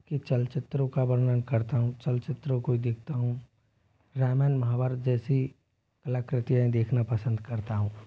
की चलचित्रों का वर्णन करता हूँ चलचित्रों को ही देखता हूँ रामायण महाभारत जैसी कलाकृतियाँ ही देखना पसंद करता हूँ